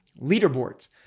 Leaderboards